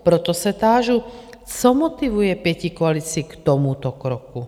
Proto se tážu: Co motivuje pětikoalici k tomuto kroku?